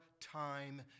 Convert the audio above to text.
time